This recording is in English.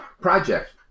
project